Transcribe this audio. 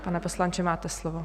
Pane poslanče, máte slovo.